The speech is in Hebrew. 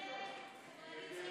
ההצעה